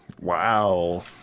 Wow